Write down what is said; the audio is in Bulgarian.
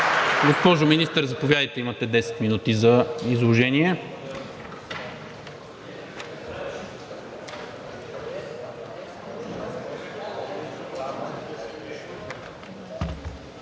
Госпожо Министър, заповядайте, имате десет минути за изложение.